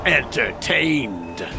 entertained